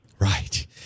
right